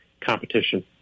competition